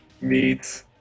meet